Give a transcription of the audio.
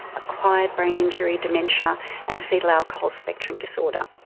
acquired brain injury, dementia and fetal alcohol spectrum disorder.